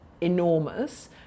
enormous